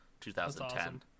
2010